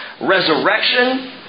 resurrection